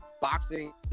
boxing